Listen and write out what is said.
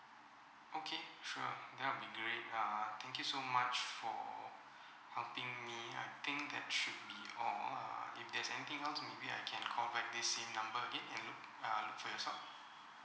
okay sure that will be great uh thank you so much for helping me I think that should be all [la] if there's anything else maybe I can call back this same number again and look uh look for your s~ help